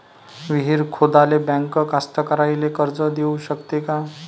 विहीर खोदाले बँक कास्तकाराइले कर्ज देऊ शकते का?